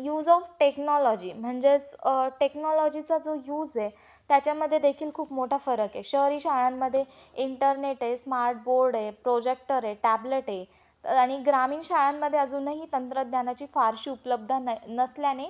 use of technology म्हणजेच टेक्नॉलॉजीचा जो यूज आहे त्याच्यामध्ये देखील खूप मोठा फरक आहे शहरी शाळांमध्ये इंटरनेट स्मार्ट बोर्ड आहे प्रोजेक्टर आहे टॅबलेट आहे आणि ग्रामीण शाळांमध्ये अजूनही तंत्रज्ञानाची फारशी उपलब्धता न नसल्याने